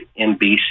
NBC